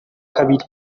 kabiri